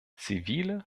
zivile